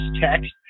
text